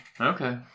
Okay